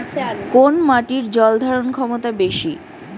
কোন মাটির জল ধারণ ক্ষমতা বেশি?